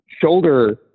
shoulder